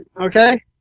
okay